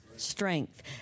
strength